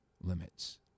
limits